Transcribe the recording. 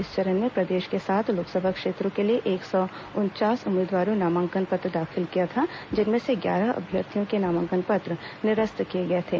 इस चरण में प्रदेश के सात लोकसभा क्षेत्रों के लिए एक सौ उनचास उम्मीदवारों ने नामांकन पत्र दाखिल किया था जिनमें से ग्यारह अभ्यर्थियों के नामांकन पत्र निरस्त किए गए थे